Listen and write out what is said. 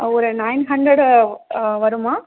ஒரு nine hundred வருமா